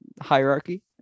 hierarchy